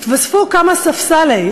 התווספו כמה ספסלי,